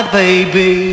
baby